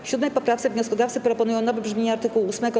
W 7. poprawce wnioskodawcy proponują nowe brzmienie art. 8.